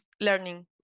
learning